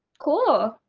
cool!